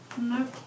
No